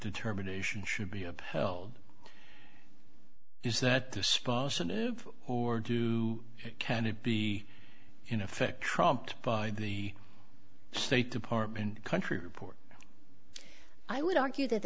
determination should be upheld is that the spouse and or do it can it be in effect trumped by the state department country report i would argue that